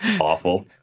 awful